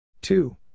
two